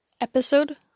episode